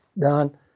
Done